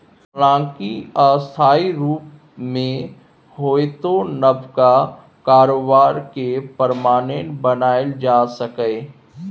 हालांकि अस्थायी रुप मे होइतो नबका कारोबार केँ परमानेंट बनाएल जा सकैए